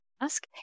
ask